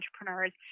entrepreneurs